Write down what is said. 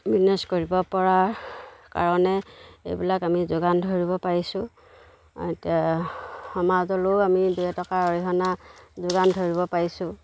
business কৰিব পৰাৰ কাৰণে এইবিলাক আমি যোগান ধৰিব পাৰিছোঁ এতিয়া সমাজলৈও আমি দুই এটকা অৰিহণা যোগান ধৰিব পাৰিছোঁ